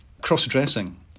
cross-dressing